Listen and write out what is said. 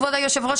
כבוד היו"ר,